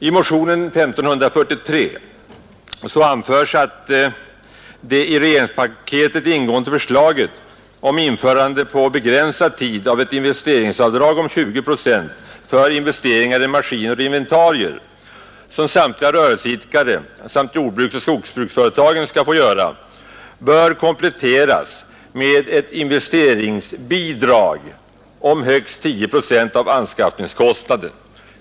I motionen 1543 anförs att det i regeringspaketet ingående förslaget om införande på begränsad tid av ett investeringsavdrag om 20 procent för investeringar i maskiner och inventarier, som samtliga rörelseidkare samt jordbruksoch skogsbruksföretagen skall få göra, bör kompletteras med ett investeringsbidrag om högst 10 procent av anskaffningskostnaden.